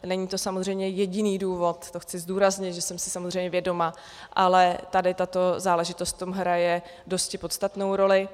Není to samozřejmě jediný důvod, to chci zdůraznit, že jsem si samozřejmě vědoma, ale tato záležitost v tom hraje dosti podstatnou roli.